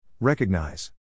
Recognize